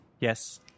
Yes